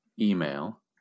email